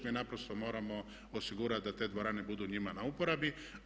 Mi naprosto moramo osigurati da te dvorane budu njima na uporabi.